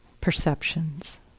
perceptions